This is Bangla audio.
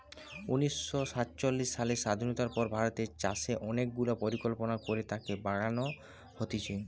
উনিশ শ সাতচল্লিশ সালের স্বাধীনতার পর ভারতের চাষে অনেক গুলা পরিকল্পনা করে তাকে বাড়ান হতিছে